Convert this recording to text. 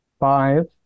Five